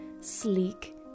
sleek